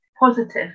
positive